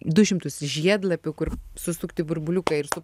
du šimtus žiedlapių kur susukt į burbuliuką ir su